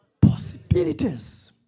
Possibilities